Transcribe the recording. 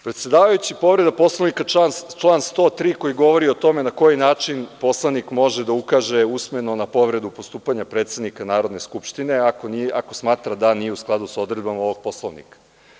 Predsedavajući, povreda Poslovnika – član 103. koji govori o tome na koji način poslanik može da ukaže usmeno na povredu postupanja predsednika Narodne skupštine, ako smatra da nije u skladu sa odredbama ovog Poslovnika.